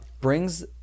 brings